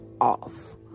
off